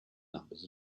numbers